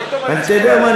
היית אומר, אתה יודע מה?